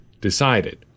decided